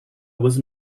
was